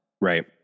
Right